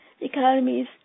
economies